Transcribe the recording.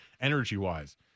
energy-wise